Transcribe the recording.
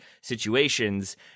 situations